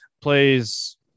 plays